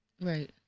Right